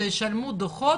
הם ישלמו דוחות,